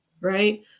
right